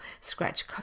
scratch